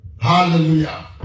Hallelujah